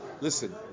listen